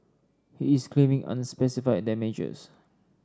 he is claiming unspecified damages